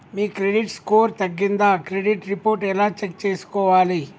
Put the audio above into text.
మీ credit score తగ్గిందా credit report ఎలా check చేసుకోవాలి?